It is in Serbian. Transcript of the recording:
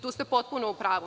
Tu ste potpuno u pravu.